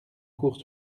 cours